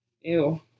Ew